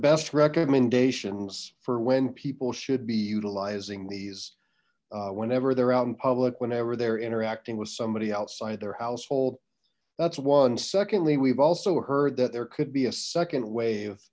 best recommendations for when people should be utilizing these whenever they're out in public whenever they're interacting with somebody outside their household that's one secondly we've also heard that there could be a second wave